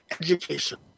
education